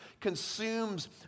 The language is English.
consumes